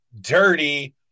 dirty